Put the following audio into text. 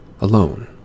alone